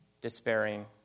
despairing